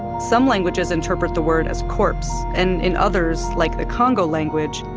some languages interpret the word as corpse. and in others, like the congo language,